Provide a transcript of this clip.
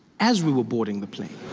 as we were boarding the plane.